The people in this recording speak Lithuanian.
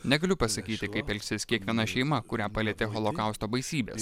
negaliu pasakyti kaip elgsis kiekviena šeima kurią palietė holokausto baisybės